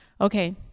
Okay